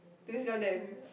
to sell them